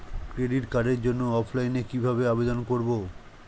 Credit কার্ডের জন্য অফলাইনে কিভাবে আবেদন করব?